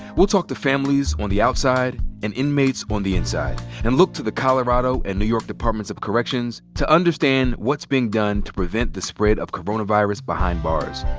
we'll talk to families on the outside and inmates on the inside and look to the colorado and new york departments of corrections to understand what's being done to prevent spread of coronavirus behind bars.